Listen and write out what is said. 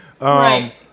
Right